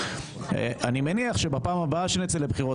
אני מניח שבפעם הבאה שנצא לבחירות,